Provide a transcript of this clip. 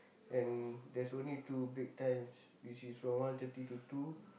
and there's only two break times which is from one thirty to two